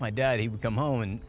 my dad he would come home and